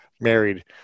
married